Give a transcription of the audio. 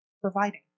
providing